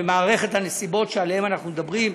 במערכת הנסיבות שעליהן אנחנו מדברים,